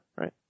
right